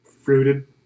Fruited